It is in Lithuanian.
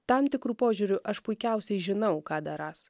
tam tikru požiūriu aš puikiausiai žinau ką darąs